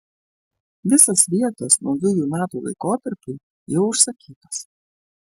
visos vietos naujųjų metų laikotarpiui jau užsakytos